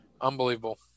Unbelievable